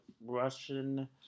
Russian